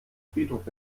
friedhof